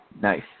nice